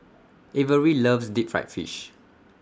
Averie loves Deep Fried Fish